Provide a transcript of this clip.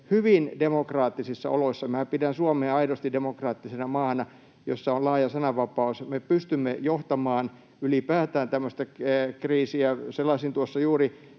hyvin demokraattisissa oloissa — minä pidän Suomea aidosti demokraattisena maana, jossa on laaja sananvapaus — pystymme johtamaan ylipäätään tämmöistä kriisiä. Selasin tuossa juuri